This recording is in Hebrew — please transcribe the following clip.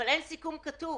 אבל אין סיכום כתוב.